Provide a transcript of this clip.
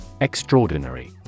Extraordinary